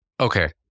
Okay